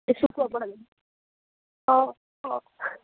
ଶୁଖୁଆ ପୋଡ଼ା ବି ହଁ ହେଉ